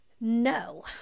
No